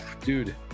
Dude